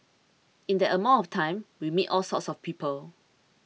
in that amount of time we meet all sorts of people